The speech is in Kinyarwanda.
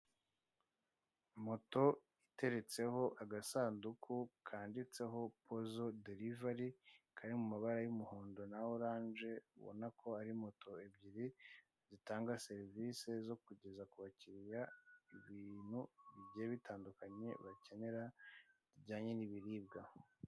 Moto iteretseho agasunduku kanditseho pozo derivari kari mu mabara y'umuhondo na oranje. Ubona ko ari moto ebyiri zitanga serivisi zo kugeza ku bakiriya ibintu bigiye bitandukanye bakenera bijyanye n'ibiribwa.